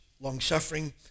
longsuffering